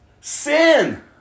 sin